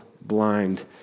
blind